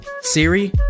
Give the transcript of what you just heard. Siri